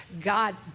God